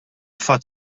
fatt